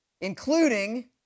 including